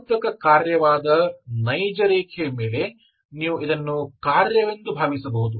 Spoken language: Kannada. ಆವರ್ತಕ ಕಾರ್ಯವಾದ ನೈಜ ರೇಖೆಯ ಮೇಲೆ ನೀವು ಇದನ್ನು ಕಾರ್ಯವೆಂದು ಭಾವಿಸಬಹುದು